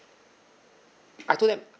I told them